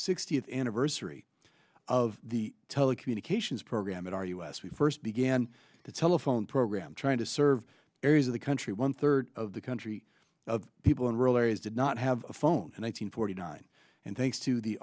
sixtieth anniversary of the telecommunications program in our u s we first began the telephone program trying to serve areas of the country one third of the country of people in rural areas did not have phones and eight hundred forty nine and thanks to